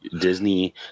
Disney